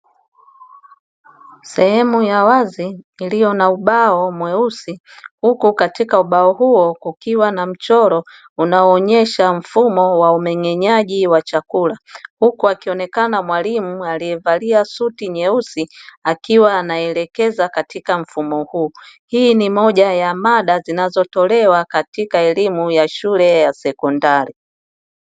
Sehemu ya wazi iliyo na ubao mweusi huku katika ubao huo kukiwa na mchoro unaoonyesha mfumo wa umeng'enyaji wa chakula, huku akionekana mwaliimu aliyevalia suti nyeusi akiwa anaelekeza katika mfumo huu, hii ni moja ya mada zinazotolewa katika elimu ya shule ya sekondari.